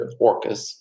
Orcas